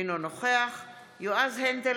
אינו נוכח יועז הנדל,